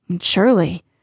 Surely